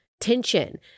tension